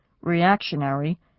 reactionary